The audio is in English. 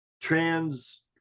trans